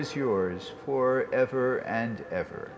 is yours for ever and ever